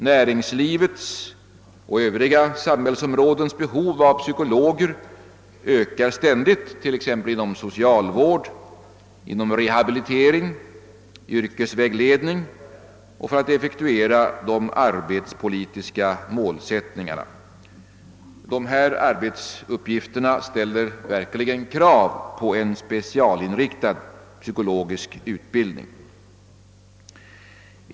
Näringslivets och övriga samhällsområdens behov av psykologer ökar ständigt, t.ex. inom socialvård, rehabilitering och yrkesvägledning samt för att effektuera de arbetspolitiska målsättningarna. Dessa arbetsuppgifter ställer verkligen krav på en specialinriktad psykologisk utbildning.